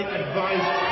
advice